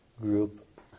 group